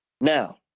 Now